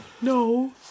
no